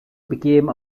became